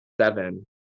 seven